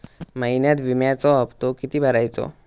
महिन्यात विम्याचो हप्तो किती भरायचो?